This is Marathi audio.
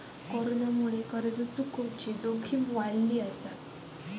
कोरोनामुळे कर्ज चुकवुची जोखीम वाढली हा